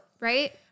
right